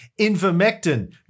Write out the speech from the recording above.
Invermectin